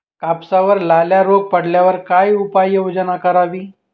कापसावर लाल्या रोग पडल्यावर काय उपाययोजना करावी?